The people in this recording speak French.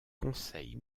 conseil